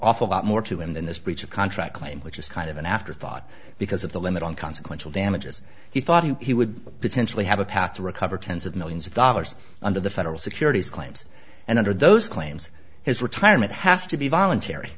awful lot more to him than this breach of contract claim which is kind of an afterthought because of the limit on consequential damages he thought he would potentially have a path to recover tens of millions of dollars under the federal securities claims and under those claims his retirement has to be volunt